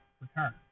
Return